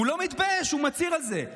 הוא לא מתבייש, הוא מצהיר על זה.